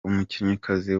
umukinnyikazi